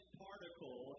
particle